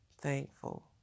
thankful